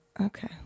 Okay